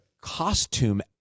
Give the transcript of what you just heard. costume